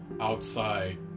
outside